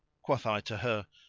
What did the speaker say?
quoth i to her,